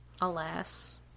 Alas